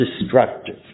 destructive